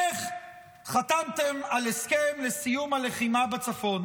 איך חתמתם על הסכם לסיום הלחימה בצפון